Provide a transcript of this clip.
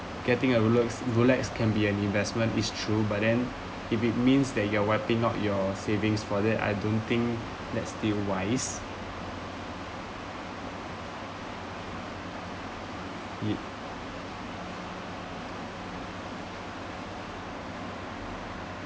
getting a rolex rolex can be an investment is true but then if it means that you are wiping out your savings for that I don't think that still wise yup